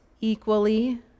equally